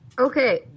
Okay